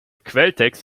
quelltext